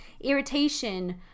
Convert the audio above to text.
irritation